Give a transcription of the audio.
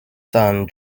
son